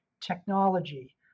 technology